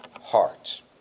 hearts